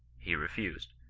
he refused.